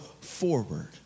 forward